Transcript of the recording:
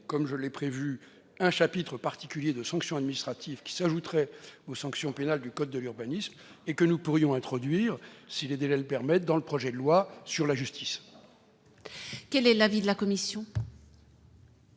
comme je le souhaite, un chapitre particulier de sanctions administratives qui s'ajouteraient aux sanctions pénales du code de l'urbanisme. Nous pourrions l'introduire, si les délais le permettent, au travers du projet de loi sur la justice. Quel est l'avis de la commission ?